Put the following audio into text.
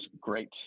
Great